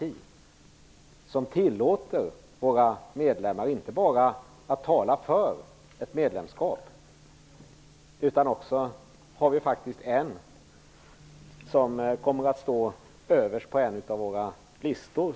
Vi inte bara tillåter våra medlemmar att tala för ett medlemskap, utan vi kommer faktiskt också att ha en anhängare av EU medlemskap överst på en av våra listor.